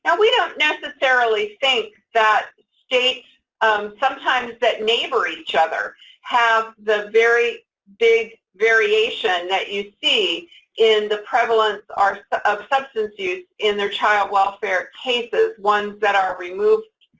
and we don't necessarily think that states sometimes that neighbor each other have the very big variation that you see in the prevalence of substance use in their child welfare cases, ones that are removed.